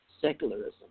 secularism